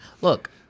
Look